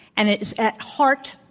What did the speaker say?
and it's, at heart,